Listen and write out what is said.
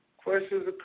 Questions